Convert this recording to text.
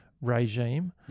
regime